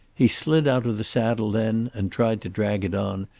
he slid out of the saddle then and tried to drag it on,